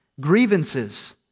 grievances